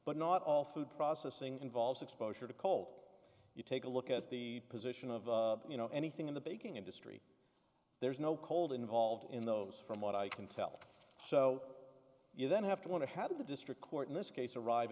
but not all food processing involves exposure to coal you take a look at the position of the you know anything in the baking industry there's no cold involved in those from what i can tell so you then have to want to have the district court in this case arrive